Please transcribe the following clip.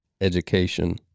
Education